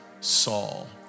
Saul